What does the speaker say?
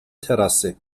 terrasse